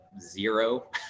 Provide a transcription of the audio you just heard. zero